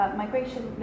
migration